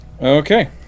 Okay